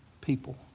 people